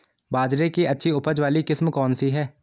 बाजरे की अच्छी उपज वाली किस्म कौनसी है?